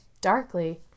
Darkly